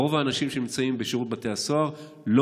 רוב האנשים שנמצאים בשירות בתי הסוהר לא